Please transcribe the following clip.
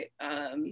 right